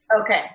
Okay